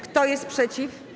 Kto jest przeciw?